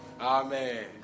Amen